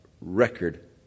record